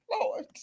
lord